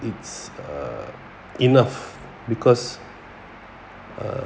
it's err enough because err